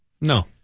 No